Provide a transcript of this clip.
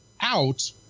out